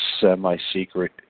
semi-secret